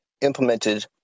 implemented